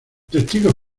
testigos